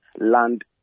land